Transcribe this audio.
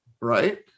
right